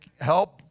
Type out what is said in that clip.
help